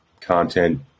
content